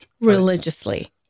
religiously